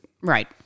Right